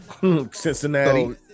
cincinnati